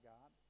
God